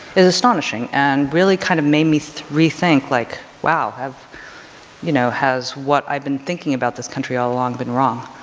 is astonishing and really kind of made me rethink, like, wow, i've you know, has what i've been thinking about this country all along been wrong?